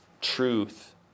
truth